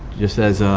just as